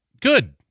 good